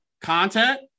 Content